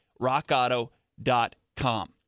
rockauto.com